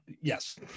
Yes